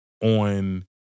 on